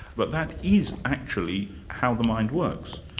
but that is actually how the mind works.